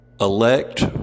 elect